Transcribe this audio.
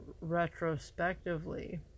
retrospectively